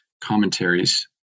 commentaries